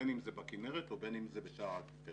בין אם זה בכנרת או בין אם זה בשאר האקוויפרים.